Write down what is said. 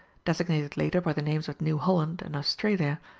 designated later by the names of new holland and australia,